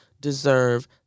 deserve